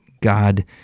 god